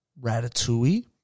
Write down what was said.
Ratatouille